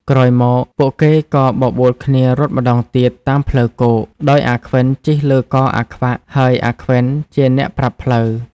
ក្រោយមក ពួកគេក៏បបួលគ្នារត់ម្តងទៀតតាមផ្លូវគោក ដោយអាខ្វិនជិះលើកអាខ្វាក់ ហើយអាខ្វិនជាអ្នកប្រាប់ផ្លូវ ។